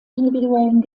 individuellen